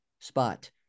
spot